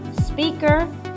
speaker